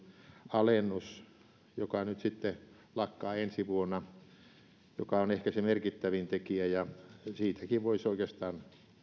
alennus joka nyt sitten lakkaa ensi vuonna ja joka on ehkä se merkittävin tekijä siitäkin voisi oikeastaan